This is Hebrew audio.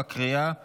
בקריאה השלישית.